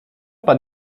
pan